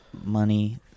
money